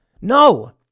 No